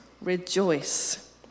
rejoice